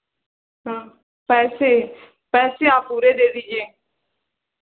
हाँ पैसे पैसे आप पूरे दे दीजिए